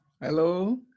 Hello